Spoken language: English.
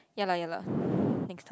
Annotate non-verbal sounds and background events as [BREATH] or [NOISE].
ya lah ya lah [BREATH] next time